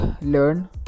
learn